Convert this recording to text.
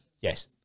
Yes